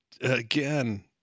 again